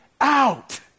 out